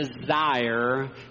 desire